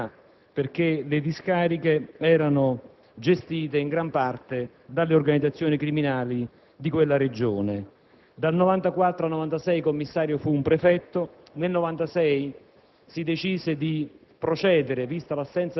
era legato soprattutto all'emergenza criminalità, perché le discariche erano gestite in gran parte dalle organizzazioni criminali di tale Regione.